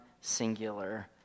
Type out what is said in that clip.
singular